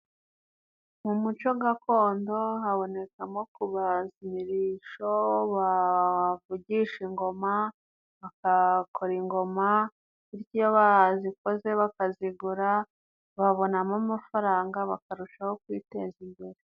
Mu muco gakondo habonekamo kubaza imirishyo bavugisha ingoma. Bagakora ingoma iyo bazikoze bakazigura babonamo amafaranga, bakarushaho kwiteza imbere.